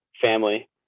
family